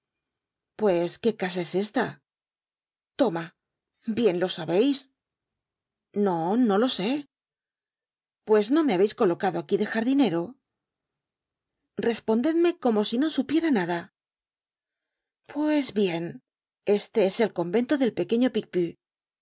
pues qué casa es esta toma bien lo sabeis no no lo sé pues no me habeis colocado aquí de jardinero respondedme como si no supiera nada pues bien este es el convento del pequeño picpus